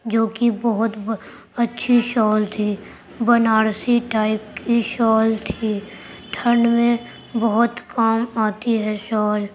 جو کہ بہت اچھی شال تھی بنارسی ٹائپ کی شال تھی ٹھنڈ میں بہت کام آتی ہے شال